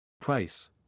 Price